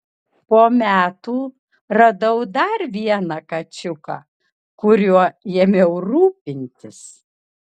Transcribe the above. po metų radau dar vieną kačiuką kuriuo ėmiau rūpintis